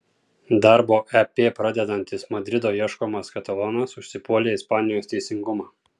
darbą ep pradedantis madrido ieškomas katalonas užsipuolė ispanijos teisingumą